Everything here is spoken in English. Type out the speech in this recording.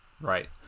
Right